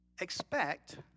Expect